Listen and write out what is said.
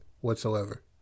whatsoever